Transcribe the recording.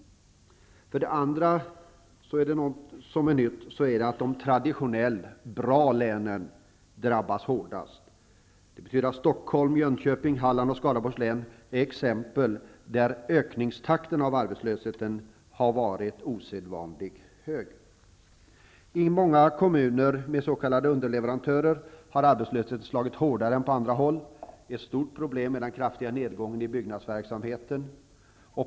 För det andra drabbas de traditionellt bra länen hårdast. Stockholms, Jönköpings, Hallands och Skaraborgs län är exempel där ökningstakten av arbetslösheten har varit osedvanligt hög. I många kommuner med s.k. underleverantörer har arbetslösheten slagit hårdare än på andra håll. Det är ett stort problem med den kraftiga nedgången i byggverksamheten.